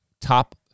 top